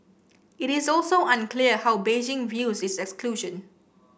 it is also unclear how Beijing views its exclusion